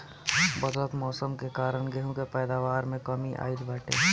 बदलत मौसम के कारण गेंहू के पैदावार में कमी आइल बाटे